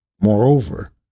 Moreover